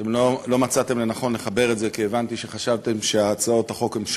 אתם לא מצאתם לנכון לחבר את זה כי הבנתי שחשבתם שהצעות החוק הן שונות,